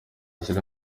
ziri